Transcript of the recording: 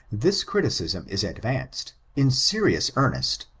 this criticism is advanced, in serious earnest,